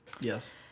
Yes